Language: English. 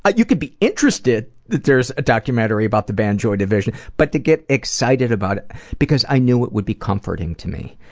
ah you could be interested that there's a documentary about the band joy division but to get excited about it because i knew it would be comforting to me.